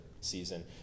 season